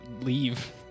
leave